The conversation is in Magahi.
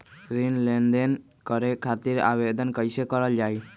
ऋण लेनदेन करे खातीर आवेदन कइसे करल जाई?